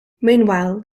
meanwhile